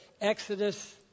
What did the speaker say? Exodus